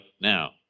now